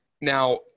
Now